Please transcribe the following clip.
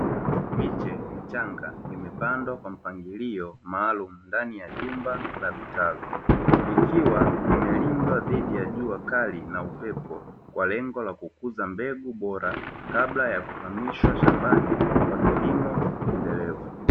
Miche michanga imepandwa kwa mpangilio maalum ndani ya jumba la vitalu ikiwa imelindwa dhidi ya jua kali na upepo kwa lengo la kukuza mbegu bora kabla ya kuhamishwa shambani kwa kilimo endelevu.